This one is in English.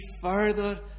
further